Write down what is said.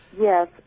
Yes